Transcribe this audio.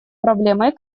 проблемой